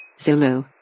Zulu